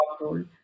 role